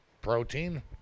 Protein